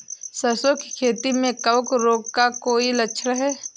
सरसों की खेती में कवक रोग का कोई लक्षण है?